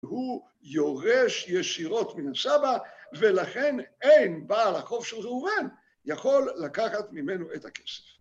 הוא יורש ישירות מן הסבא, ולכן אין בעל החוב של ראובן יכול לקחת ממנו את הכסף.